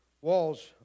walls